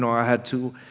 and i had to.